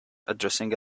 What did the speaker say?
addressing